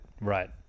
Right